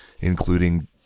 including